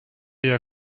your